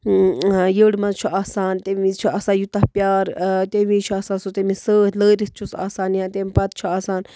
یٔڈ منٛز چھُ آسان تَمہِ ویٖزِ چھُ آسان یوٗتاہ پیار تَمہِ ویٖزِ چھُ آسان سُہ تٔمِس سۭتۍ لٲرِتھ چھُس آسان یا تَمہِ پَتہٕ چھُ آسان